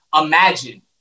Imagine